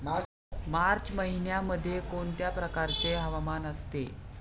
मार्च महिन्यामध्ये कोणत्या प्रकारचे हवामान असते?